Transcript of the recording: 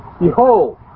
Behold